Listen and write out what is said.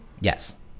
yes